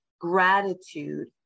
gratitude